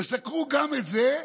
תסקרו גם את זה,